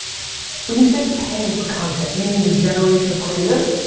when you say paying for content, you mean the generation of creative?